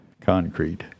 concrete